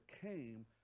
came